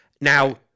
Now